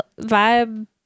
vibe